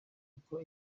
kuko